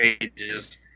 pages